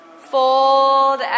fold